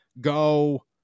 Go